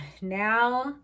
now